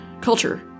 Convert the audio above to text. culture